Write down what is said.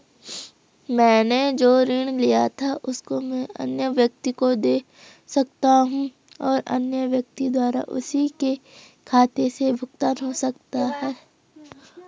मैंने जो ऋण लिया था उसको मैं अन्य व्यक्ति को दें सकता हूँ और अन्य व्यक्ति द्वारा उसी के खाते से भुगतान हो सकता है?